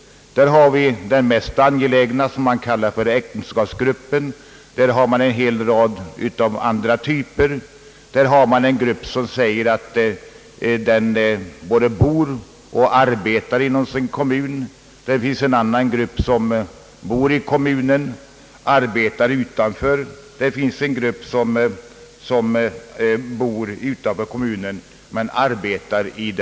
Utom den mest angelägna, äktenskapsgruppen, har man en rad andra grupper. En omfattar sådana som både bor och arbetar inom kommunen, en annan sådana som bor i kommunen men arbetar utanför den och en tredje sådana som bor utanför kommunen men arbetar där.